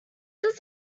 does